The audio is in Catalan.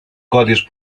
codis